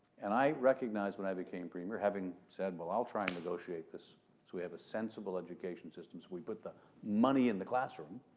and i recognized, when i became premier, having said, well, i'll try and negotiate this so we have a sensible education system so we put the money in the classroom,